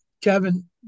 kevin